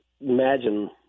imagine